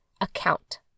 account